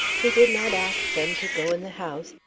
he did not ask them to go in the house,